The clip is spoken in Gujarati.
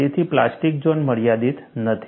તેથી પ્લાસ્ટિક ઝોન મર્યાદિત નથી